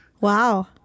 Wow